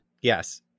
Yes